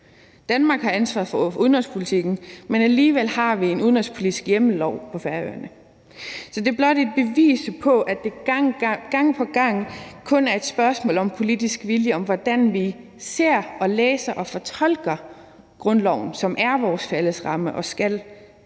Danmark har ansvaret for udenrigspolitikken, men alligevel har vi en udenrigspolitisk hjemmelslov på Færøerne. Så det er blot et bevis på, at det gang på gang kun er et spørgsmål om politisk vilje, hvordan vi ser, læser og fortolker grundloven, som er vores fælles ramme og stadig